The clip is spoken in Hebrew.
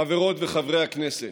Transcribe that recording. חברות וחברי הכנסת,